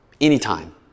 anytime